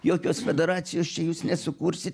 jokios federacijos čia jūs nesukursit